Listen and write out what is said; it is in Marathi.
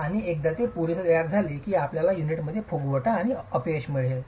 आणि एकदा ते पुरेसे तयार झाले की आपल्याला युनिटमध्येच फुगवटा आणि अपयश मिळेल